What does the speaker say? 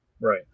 Right